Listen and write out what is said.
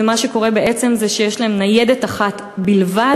ומה שקורה בעצם זה שיש להם ניידת אחת בלבד,